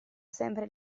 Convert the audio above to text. sempre